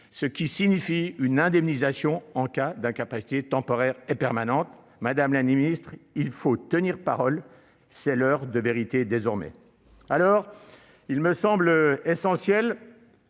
ce qui signifie une indemnisation en cas d'incapacité temporaire ou permanente ». Madame la ministre, il faut tenir parole. C'est l'heure de vérité ! Ainsi, il me semble essentiel